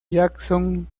jackson